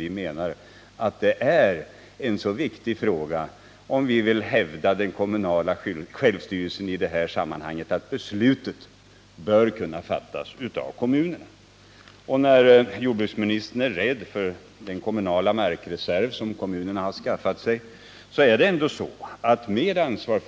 Vi menar att det är mycket viktigt, om man vill hävda den kommunala självstyrelsen i detta sammanhang, att besluten kan fattas av kommunerna. När jordbruksministern är oroad över den markreserv som kommunerna har skaffat sig, vill jag framhålla att med